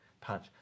punch